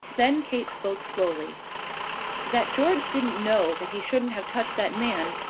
then kate spoke slowly that george didn't know that he shouldn't have touched that man,